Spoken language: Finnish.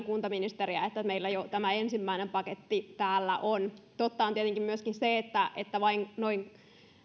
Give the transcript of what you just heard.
kuntaministeriä että meillä jo tämä ensimmäinen paketti täällä on totta on tietenkin myöskin se että että vain noin